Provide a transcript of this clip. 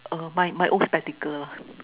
err my my old spectacle lah